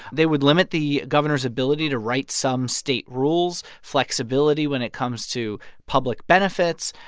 they would limit the governor's ability to write some state rules, flexibility when it comes to public benefits.